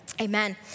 Amen